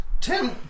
Tim